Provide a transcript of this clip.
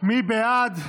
מי בעד?